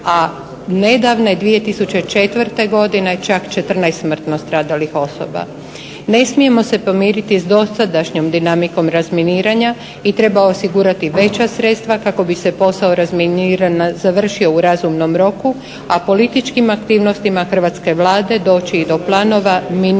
a nedavne 2004. godine čak 14 smrtno stradalih osoba. Ne smijemo se pomiriti s dosadašnjom dinamikom razminiranja i treba osigurati veća sredstva kako bi se posao razminiranja završio u razumnom roku, a političkim aktivnostima hrvatske Vlade doći i do planova miniranog